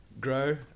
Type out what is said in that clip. grow